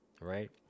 right